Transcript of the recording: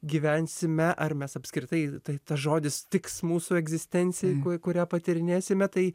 gyvensime ar mes apskritai tai tas žodis tiks mūsų egzistencijai kurią patyrinėsime tai